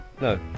No